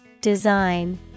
Design